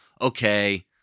Okay